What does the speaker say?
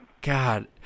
God